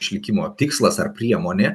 išlikimo tikslas ar priemonė